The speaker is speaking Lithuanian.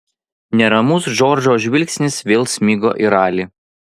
neramus džordžo žvilgsnis vėl smigo į ralį